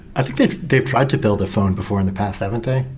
i think they've they've tried to build a phone before in the past, haven't they?